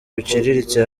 biciriritse